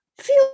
feel